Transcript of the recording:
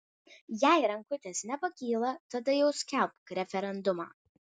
jei rankutės nepakyla tada jau skelbk referendumą